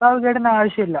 ആ ഗൈഡിൻ്റെ ആവശ്യം ഇല്ല